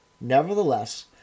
nevertheless